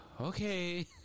okay